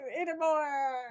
anymore